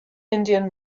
indian